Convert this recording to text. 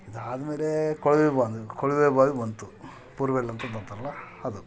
ಇದಾದ್ಮೇಲೆ ಕೊಳವೆ ಬಾವಿ ಕೊಳವೆ ಬಾವಿ ಬಂತು ಬೋರ್ವೆಲ್ ಅಂತ ಬಂತಲ್ಲ ಅದು